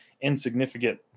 insignificant